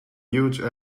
huge